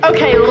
Okay